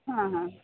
ಹಾಂ ಹಾಂ